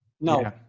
No